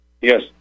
Yes